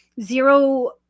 zero